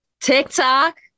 TikTok